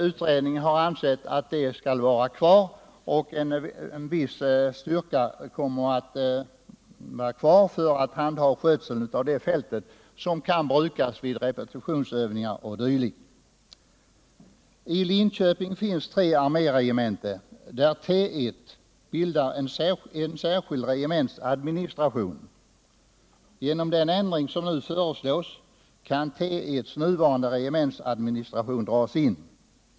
Utredningen har ansett att det skall vara kvar, och en viss styrka kvarstannar för att handha skötseln av fältet, som kan brukas vid repetitionsövningar o. d. I Linköping finns tre arméregementen där T 1 bildar en särskild regementsadministration. Genom den ändring som nu föreslås kan T 1:s nuvarande regementsadministration dras in.